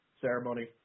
ceremony